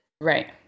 Right